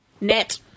Net